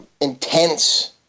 intense